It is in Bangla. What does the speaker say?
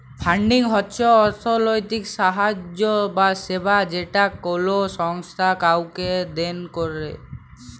ফান্ডিং হচ্ছ অর্থলৈতিক সাহায্য বা সেবা যেটা কোলো সংস্থা কাওকে দেন করেক